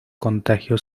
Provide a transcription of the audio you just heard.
contagio